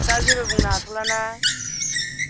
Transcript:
दा जेबो बुंनो हाथ'ला ना